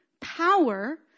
power